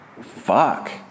Fuck